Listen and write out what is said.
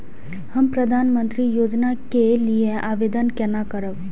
हम प्रधानमंत्री योजना के लिये आवेदन केना करब?